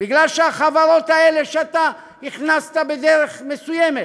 מפני שהחברות האלה שאתה הכנסת בדרך מסוימת,